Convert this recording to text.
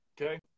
okay